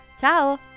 ciao